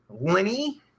Lenny